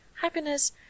Happiness